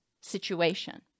situation